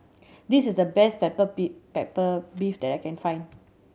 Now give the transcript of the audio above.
this is the best pepper beef pepper beef that I can find